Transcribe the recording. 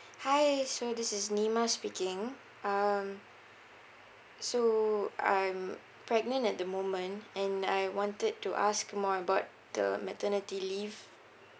hi so this is nima speaking um so I'm pregnant at the moment and I wanted to ask more about the maternity leave